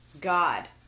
God